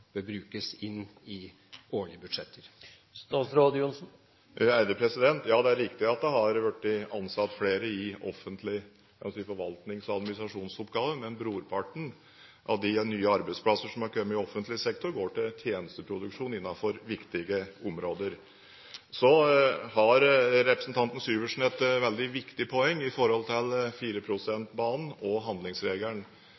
brukes inn i årlige budsjetter? Det er riktig at det har blitt ansatt flere i offentlige forvaltnings- og administrasjonsoppgaver, men brorparten av de nye arbeidsplassene som har kommet i offentlig sektor, går til tjenesteproduksjon innenfor viktige områder. Så har representanten Syversen et veldig viktig poeng i forhold til